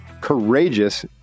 courageous